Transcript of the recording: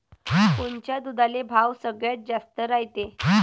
कोनच्या दुधाले भाव सगळ्यात जास्त रायते?